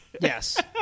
Yes